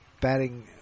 Batting